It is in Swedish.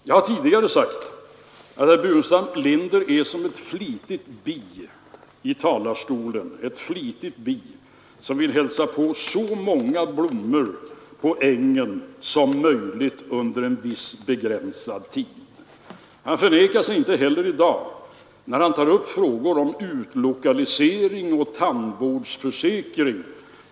Jag har tidigare sagt att herr Burenstam Linder är som ett flitigt bi i talarstolen — ett flitigt bi som vill hälsa på så många blommor på ängen som möjligt under en viss begränsad tid. Han förnekar sig inte heller i dag när han i detta sammanhang tar upp frågor om utlokalisering och tandvårdsförsäkring.